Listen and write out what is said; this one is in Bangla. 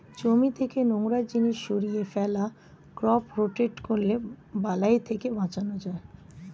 জমি থেকে নোংরা জিনিস সরিয়ে ফেলা, ক্রপ রোটেট করলে বালাই থেকে বাঁচান যায়